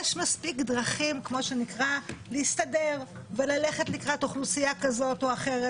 יש מספיק דרכים להסתדר וללכת לקראת אוכלוסייה כזאת או אחרת,